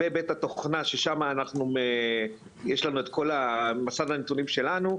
בבית התוכנה ששמה יש לנו את כל מסד הנתונים שלנו,